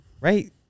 Right